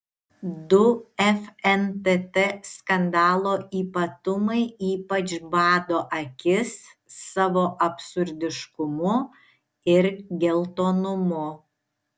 du fntt skandalo ypatumai ypač bado akis savo absurdiškumu ir geltonumu